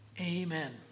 Amen